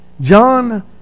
John